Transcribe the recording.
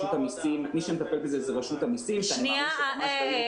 מי שמטפל בזה זו רשות המסים, אני מעריך --- גל,